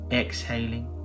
exhaling